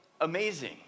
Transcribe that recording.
amazing